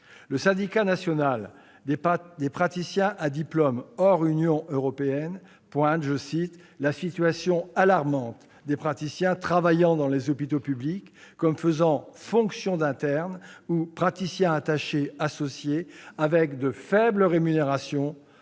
Le Syndicat national des praticiens à diplôme hors Union européenne pointe du doigt la « situation alarmante » des praticiens travaillant dans les hôpitaux publics et faisant fonction d'interne ou de praticien attaché associé avec de faibles rémunérations,